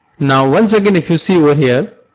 now, once again if you see over here,